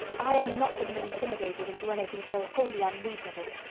i am not to be intimidated into anything so wholly unreasonable.